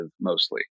mostly